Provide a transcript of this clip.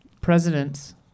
Presidents